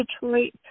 Detroit